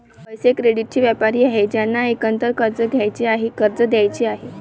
पैसे, क्रेडिटचे व्यापारी आहेत ज्यांना एकतर कर्ज घ्यायचे आहे, कर्ज द्यायचे आहे